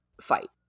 fight